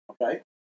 Okay